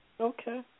Okay